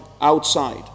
outside